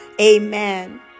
Amen